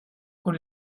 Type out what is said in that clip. con